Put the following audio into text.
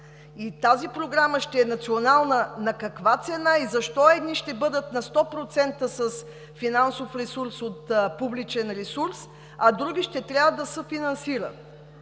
тази програма ще е национална, на каква цена и защо едни ще бъдат на сто процента с финансов ресурс от публичен ресурс, а други ще трябва да съфинансира?